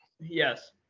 yes